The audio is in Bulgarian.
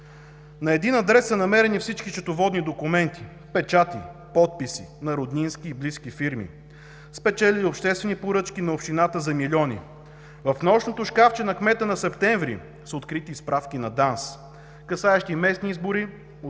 На един адрес са намерени всички счетоводни документи, печати, подписи на роднински и близки фирми, спечелили обществени поръчки на общината за милиони. В нощното шкафче на кмета на Септември са открити справки на ДАНС, касаещи местни избори от